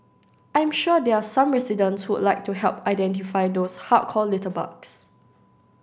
I'm sure there are some residents who would like to help identify those hardcore litterbugs